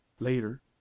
later